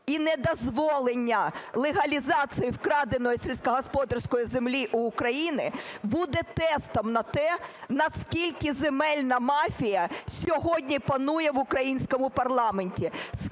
і недозволення легалізації вкраденої сільськогосподарської землі у України буде тестом на те, наскільки земельна мафія сьогодні панує в українському парламенті,